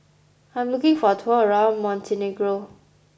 I am looking for a tour around Montenegro